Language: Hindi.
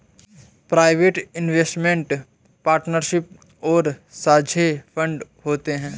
प्राइवेट इन्वेस्टमेंट पार्टनरशिप और साझे फंड होते हैं